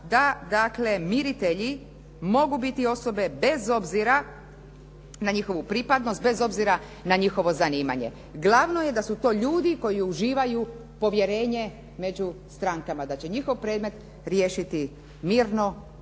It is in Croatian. dakle miritelji mogu biti osobe bez obzira na njihovu pripadnost, bez obzira na njihovo zanimanje, glavno je da su to ljudi koji uživaju povjerenje među strankama, da će njihov predmet riješiti mirno,